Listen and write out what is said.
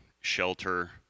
shelter